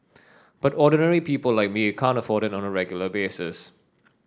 but ordinary people like me can't afford it on a regular basis